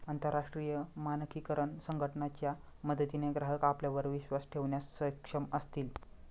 अंतरराष्ट्रीय मानकीकरण संघटना च्या मदतीने ग्राहक आपल्यावर विश्वास ठेवण्यास सक्षम असतील